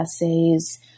essays